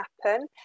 happen